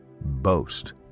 boast